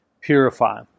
purify